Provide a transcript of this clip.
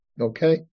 Okay